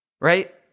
Right